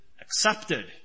accepted